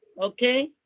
Okay